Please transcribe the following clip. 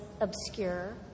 obscure